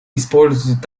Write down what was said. используется